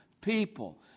people